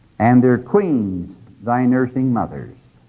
and their queens thy nursing mothers.